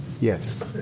yes